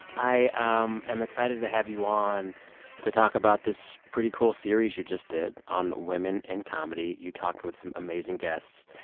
i um am excited to have you on to talk about this pretty cool series you just did on women in comedy. you talked with some amazing guests.